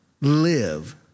live